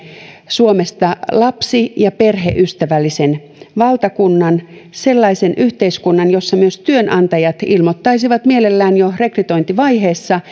suomesta lapsi ja perheystävällisen valtakunnan sellaisen yhteiskunnan jossa myös työnantajat ilmoittaisivat mielellään jo rekrytointivaiheessa